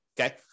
okay